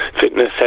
fitness